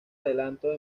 adelanto